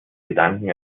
gedanken